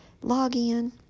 login